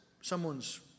someone's